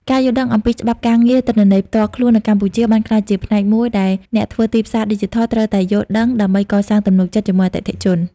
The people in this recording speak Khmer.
ការយល់ដឹងអំពីច្បាប់ការពារទិន្នន័យផ្ទាល់ខ្លួននៅកម្ពុជា បានក្លាយជាផ្នែកមួយដែលអ្នកធ្វើទីផ្សារឌីជីថលត្រូវតែយល់ដឹងដើម្បីកសាងទំនុកចិត្តជាមួយអតិថិជន។